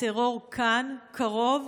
הטרור כאן, קרוב,